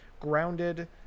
Grounded